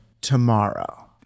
tomorrow